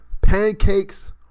pancakes